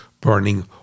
burning